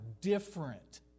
different